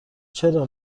چرا